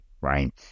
right